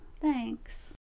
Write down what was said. thanks